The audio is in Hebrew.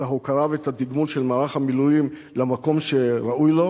ההוקרה ואת התגמול של מערך המילואים למקום שראוי לו,